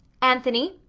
anthony,